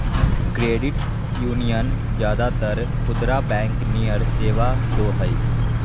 credit union ज्यादातर खुदरा bank नियर सेवा दो हइ